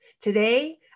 Today